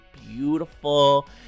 beautiful